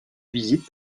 visite